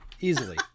easily